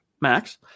Max